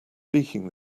speaking